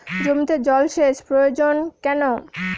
জমিতে জল সেচ প্রয়োজন কেন?